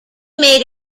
made